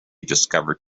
discovered